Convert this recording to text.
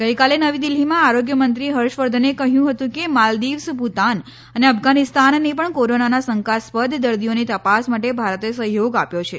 ગઈકાલે નવી દિલ્ફીમાં આરોગ્યમંત્રી હર્ષવર્ધને કહ્યું હતું કે માલદીવ્સ ભુતાન અને અફઘાનિસ્તાનને પણ કોરાનાના શંકાસ્પદ દર્દીઓની તપાસ માટે ભારતે સહયોગ આપ્યો છે